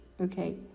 okay